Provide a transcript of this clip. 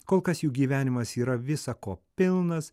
kol kas jų gyvenimas yra visa ko pilnas